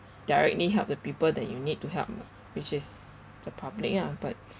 directly help the people that you need to help lah which is the public ah but